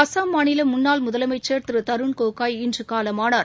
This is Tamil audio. அஸ்ஸாம் மாநிலமுன்னாள் முதலமைச்சர் தருண் கோகோய் இன்றுனூலமானார்